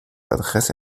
adresse